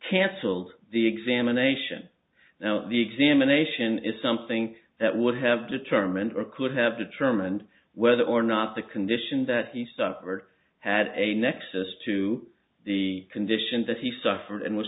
cancelled the examination now the examination is something that would have determined or could have determined whether or not the condition that he suffered had a nexus to the condition that he suffered and was